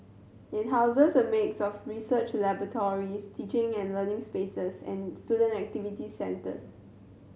it houses a mix of research laboratories teaching and learning spaces and student activity centres